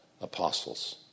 apostles